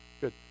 Good